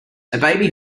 baby